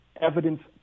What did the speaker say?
evidence